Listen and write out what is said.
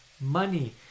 money